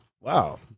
Wow